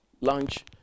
lunch